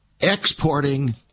exporting